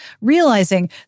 realizing